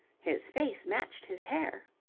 his face matched his hair.